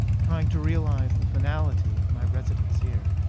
trying to realize the finality of my residence here.